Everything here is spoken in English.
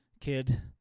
kid